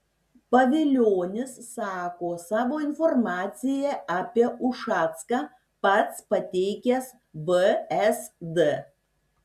pavilionis sako savo informaciją apie ušacką pats pateikęs vsd